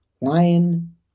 Lion